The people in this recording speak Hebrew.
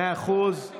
מאה אחוז.